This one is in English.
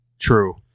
True